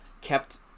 kept